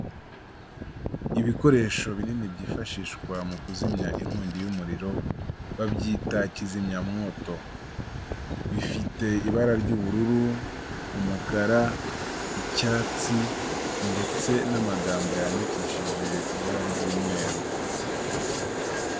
Ibikoresho binini byifashishwa mu kuzimya inkongi y'umuriro, babyita kizimyamwoto, bifite ibara ry'ubururu, umukara, icyatsi, ndetse n'amagambo yandikishije ibara ry'umweru.